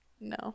No